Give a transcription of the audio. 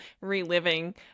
reliving